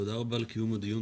תודה רבה על קיום הדיון.